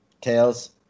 Tails